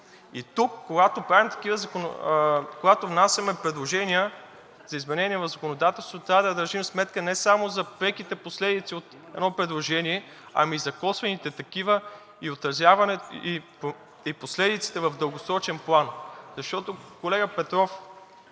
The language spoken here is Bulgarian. и тук, когато внасяме предложения за изменения в законодателството, трябва да държим сметка не само за преките последици от едно предложение, а и за косвените такива и последиците в дългосрочен план. Защото, колега Петров,